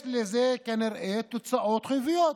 יש לזה כנראה תוצאות חיוביות,